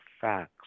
facts